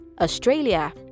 Australia